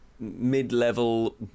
mid-level